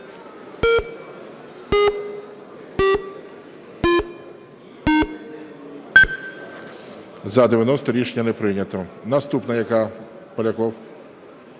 За-90 Рішення не прийнято. Наступна яка? Поляков.